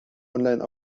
online